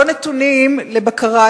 לא נתונים לבקרה,